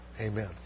Amen